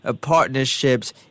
Partnerships